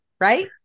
right